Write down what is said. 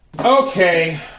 Okay